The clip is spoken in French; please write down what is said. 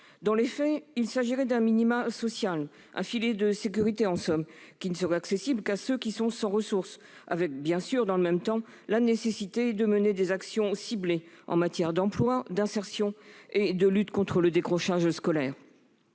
Dans les faits, il s'agirait d'un minimum social, un filet de sécurité en somme, qui ne serait accessible qu'à ceux qui sont sans ressources. Dans le même temps, il serait bien évidemment nécessaire de mener des actions ciblées en matière d'emploi, d'insertion, de lutte contre le décrochage scolaire.